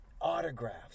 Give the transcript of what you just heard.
Autographs